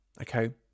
okay